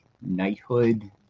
knighthood